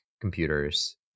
computers